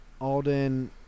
Alden